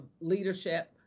leadership